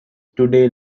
today